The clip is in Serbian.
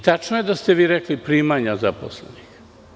Tačno je da ste i vi rekli – primanja zaposlenih.